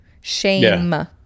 Shame